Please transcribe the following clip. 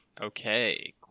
Okay